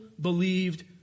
believed